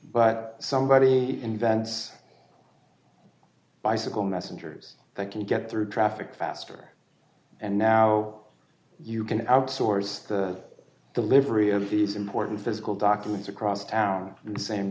but somebody invents bicycle messengers thank you get through traffic faster and now you can outsource the livery of these important physical documents across town in the same